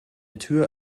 tür